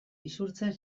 isurtzen